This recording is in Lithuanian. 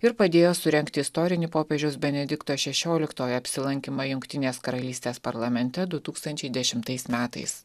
ir padėjo surengti istorinį popiežiaus benedikto šešioliktojo apsilankymą jungtinės karalystės parlamente du tūkstančiai dešimtais metais